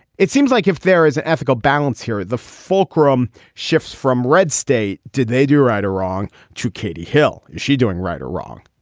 it seems like if there is an ethical balance here the fulcrum shifts from red state. did they do right or wrong to katie hill. is she doing right or wrong.